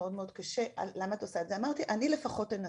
מאוד מאוד קשה ולמה אני עושה את זה ואני אמרתי שאני לפחות אנסה,